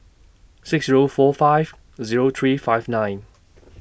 six Zero four five Zero three five nine